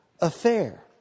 affair